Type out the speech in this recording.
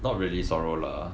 not really sorrow lah